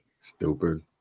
Stupid